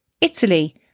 Italy